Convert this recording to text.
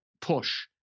push